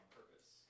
purpose